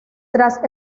tras